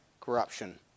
corruption